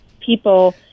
people